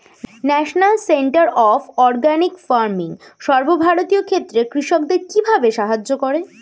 National centre of organic farming সর্বভারতীয় ক্ষেত্রে কৃষকদের কিভাবে সাহায্য করে?